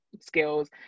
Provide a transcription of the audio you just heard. skills